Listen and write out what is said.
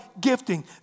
gifting